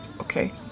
okay